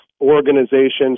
organizations